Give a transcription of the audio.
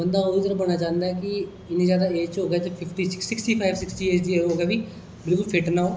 बंदा ओह् जेहड़ा बनना चाहंदा कि इन्नी ज्यादा ऐज च होवे ते fifty sixties five sixties age दी बी बिल्कुल फिट ना ओह्